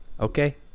Okay